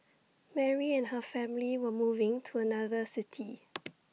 Mary and her family were moving to another city